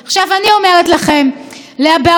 בארצות הברית יש שיטה שונה.